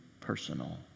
personal